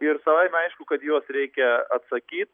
ir savaime aišku kad į juos reikia atsakyt